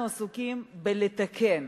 אנחנו עסוקים בלתקן,